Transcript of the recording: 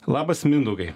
labas mindaugai